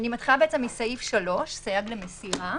אני מתחילה מסעיף 3 סייג למסירה.